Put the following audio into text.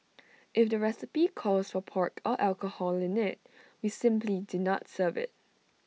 if the recipe calls for pork or alcohol in IT we simply do not serve IT